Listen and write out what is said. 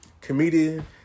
Comedian